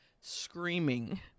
screaming